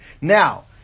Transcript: Now